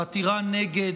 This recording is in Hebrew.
בעתירה נגד